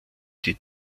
die